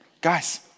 Guys